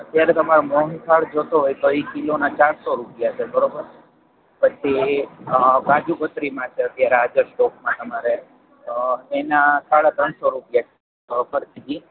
અત્યાર તમારે મોહનથાળ જોઈતો હોય તો એ કિલોના ચારસો રૂપિયા છે બરોબર પછી કાજુકતરીમાં છે અત્યારે હાજર સ્ટોકમાં તમારે એના સાડા ત્રણ સો રૂપિયા છે પર કેજી